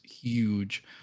huge